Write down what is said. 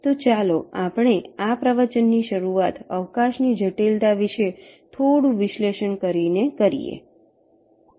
તો ચાલો આપણે આ પ્રવચનની શરૂઆત અવકાશની જટિલતા વિષે થોડું વિશ્લેષણ કરીને કરીએ